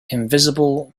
invisible